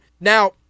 Now